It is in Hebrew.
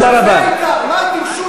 מגיע לכם אחד, לא ארבעה.